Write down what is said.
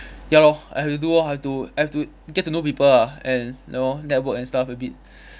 ya lor I have to do lor I've to I've to get to know people ah and you know network and stuff a bit